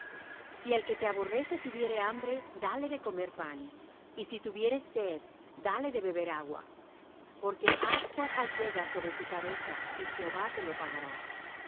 si el que te aborrece tuviere hambre dale de comer pan y si tuviere sed dale de beber agua porque ascuas allegas sobre su cabeza y jehová te lo pagará